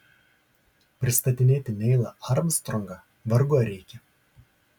pristatinėti neilą armstrongą vargu ar reikia